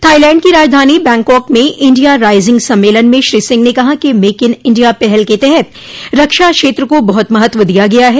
Thailand की राजधानी Bangkok में इंडिया राईजिग सम्मेलन में श्री सिंह ने कहा कि मेक इन इंडिया पहल के तहत रक्षा क्षेत्र को बहुत महत्व दिया गया है